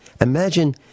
Imagine